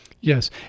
Yes